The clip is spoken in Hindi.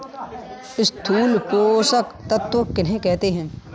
स्थूल पोषक तत्व किन्हें कहते हैं?